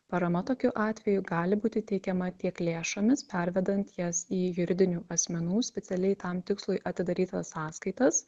parama tokiu atveju gali būti teikiama tiek lėšomis pervedant jas į juridinių asmenų specialiai tam tikslui atidarytas sąskaitas